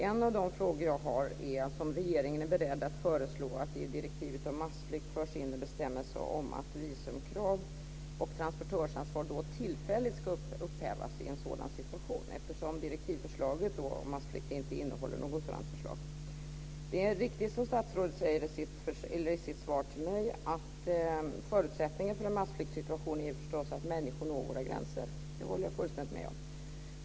En av de frågor jag har är alltså om regeringen är beredd att föreslå att det i direktivet om massflykt förs in en bestämmelse om att visumkrav och transportörsansvar tillfälligt ska upphävas i en sådan situation, eftersom direktivförslaget om massflykt inte innehåller något sådant förslag. Det är riktigt, som statsrådet säger i sitt svar till mig, att förutsättningen för en massflyktssituation är att människor når våra gränser. Det håller jag fullständigt med om.